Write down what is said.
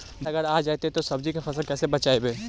बाढ़ अगर आ जैतै त सब्जी के फ़सल के कैसे बचइबै?